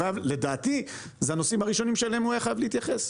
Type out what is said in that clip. לדעתי אלה הנושאים הראשונים שאליהם הוא היה חייב להתייחס.